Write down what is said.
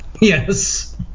Yes